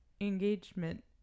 engagement